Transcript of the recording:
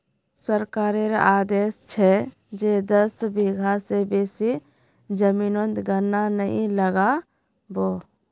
सरकारेर आदेश छ जे दस बीघा स बेसी जमीनोत गन्ना नइ लगा बो